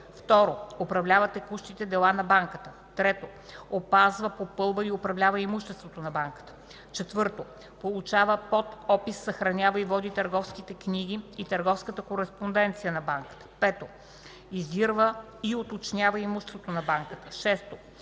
2. управлява текущите дела на банката; 3. опазва, попълва и управлява имуществото на банката; 4. получава под опис, съхранява и води търговските книги и търговската кореспонденция на банката; 5. издирва и уточнява имуществото на банката; 6.